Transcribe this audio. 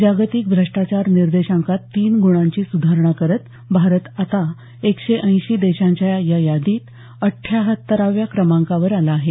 जागतिक भ्रष्टाचार निर्देशांकात तीन गुणांची सुधारणा करत भारत आता एकशे ऐंशी देशांच्या यादीत अट्ट्याहत्तराव्या क्रमांकावर आला आहे